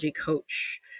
Coach